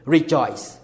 Rejoice